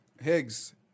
Higgs